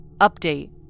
Update